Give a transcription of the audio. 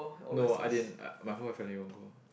no I didn't uh my whole family won't go